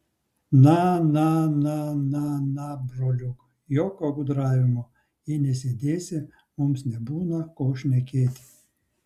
na na na na na broliuk jokio gudravimo jei nesėdėsi mums nebūna ko šnekėti